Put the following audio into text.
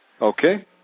Okay